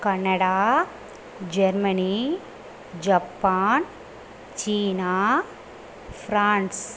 Canada Germany Japan China France